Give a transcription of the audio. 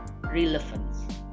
relevance